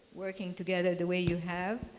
working together the way you have?